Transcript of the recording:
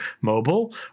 mobile